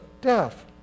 death